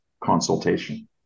consultation